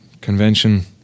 convention